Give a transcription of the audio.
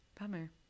Bummer